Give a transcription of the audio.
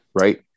right